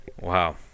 Wow